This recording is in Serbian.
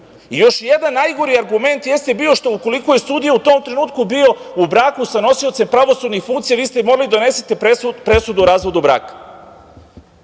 jedan najgori argument jeste bio što ukoliko je sudija u nekom trenutku bio u braku sa nosiocem pravosudnih funkcija, vi ste morali da donesete presudu o razvodu braka.